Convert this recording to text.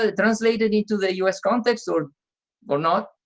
ah translated into the u s. context or or not?